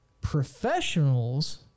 professionals